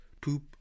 poop